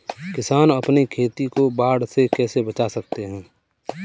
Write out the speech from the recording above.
किसान अपनी खेती को बाढ़ से कैसे बचा सकते हैं?